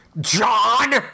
John